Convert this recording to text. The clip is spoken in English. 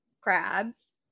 crabs